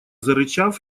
зарычав